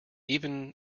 even